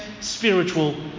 spiritual